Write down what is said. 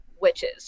witches